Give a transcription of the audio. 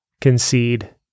concede